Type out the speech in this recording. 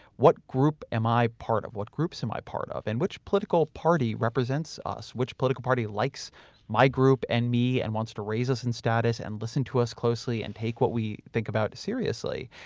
what group am i part of? what groups am i part of? which political party represents us, which political party likes my group and me and wants to raise us in status and listen to us closely and take what we think about seriously?